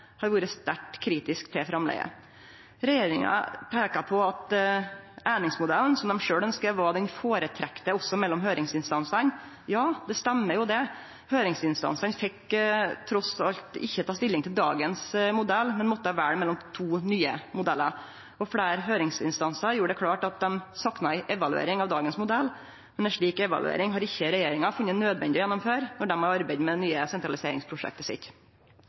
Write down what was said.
har vore sterkt kritiske til framlegget. Regjeringa peikar på at einingsmodellen som dei sjølv ønskjer, var den føretrekte også mellom høyringsinstansane. Ja, det stemmer det. Høyringsinstansane fekk trass alt ikkje teke stilling til dagens modell, men måtte velje mellom to nye modellar. Fleire høyringsinstansar gjorde det klart at dei sakna ei evaluering av dagens modell, men ei slik evaluering har ikkje regjeringa funne det nødvendig å gjennomføre når dei har arbeidd med det nye sentraliseringsprosjektet sitt.